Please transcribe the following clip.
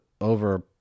over